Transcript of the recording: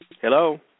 Hello